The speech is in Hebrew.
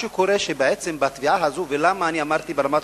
בעצם בתביעה הזאת, ולמה אמרתי ברמת-חובב?